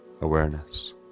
awareness